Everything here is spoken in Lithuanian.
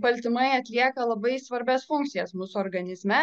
baltymai atlieka labai svarbias funkcijas mūsų organizme